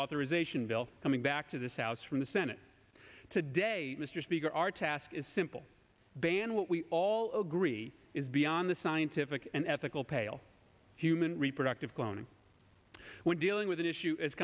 authorization bill coming back to this house from the senate today mr speaker our task is simple than what we all agree is beyond the scientific and ethical pale human reproductive cloning when dealing with an issue as